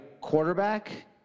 Quarterback